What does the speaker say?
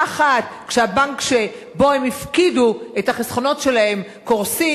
אחת כשהבנק שבו הם הפקידו את החסכונות שלהם קורס,